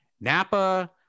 Napa